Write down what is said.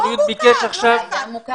לא מוכר.